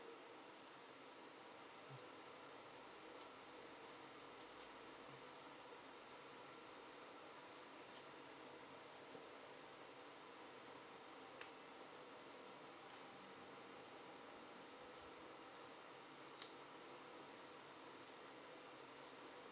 mm mm